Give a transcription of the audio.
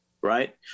Right